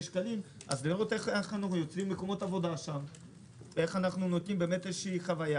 שקלים אז לראות איך יוצרים שם מקומות עבודה ואיך יוצרים שם חוויה.